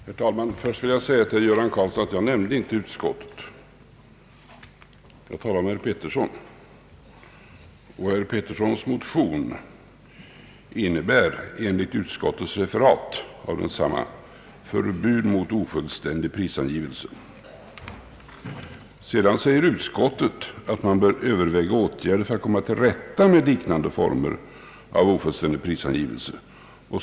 Herr talman! Först skulle jag vilja säga till herr Göran Karlsson att jag inte nämnde utskottet. Jag talade om herr Arne Pettersson. Hans motion innebär enligt utskottets referat av densamma »förbud mot ofullständig prisangivelse». Sedan säger utskottet att man bör överväga åtgärder för att komma till rätta med liknande former av ofullständig prisangivelse.